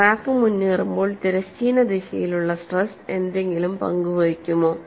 crack മുന്നേറുമ്പോൾ തിരശ്ചീന ദിശയിലുള്ള സ്ട്രെസ് എന്തെങ്കിലും പങ്ക് വഹിക്കുമോ